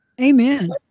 Amen